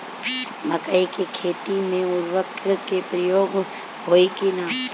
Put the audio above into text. मकई के खेती में उर्वरक के प्रयोग होई की ना?